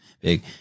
big